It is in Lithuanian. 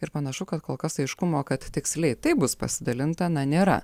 ir panašu kad kol kas aiškumo kad tiksliai taip bus pasidalinta na nėra